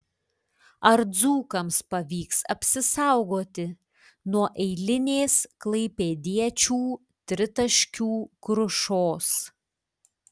ar dzūkams pavyks apsisaugoti nuo eilinės klaipėdiečių tritaškių krušos